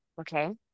okay